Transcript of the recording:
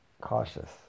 cautious